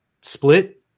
split